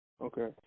Okay